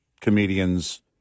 comedians